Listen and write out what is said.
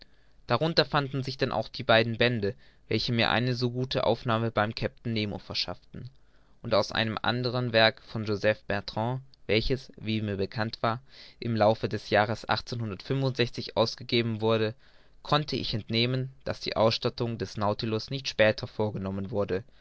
darunter fanden sich denn auch die beiden bände welche mir eine so gute aufnahme beim kapitän nemo verschafften und aus einem andern werke von jos bertrand welches wie mir bekannt war im laufe des jahres ausgegeben wurde konnte ich entnehmen daß die ausstattung des nautilus nicht später vorgenommen wurde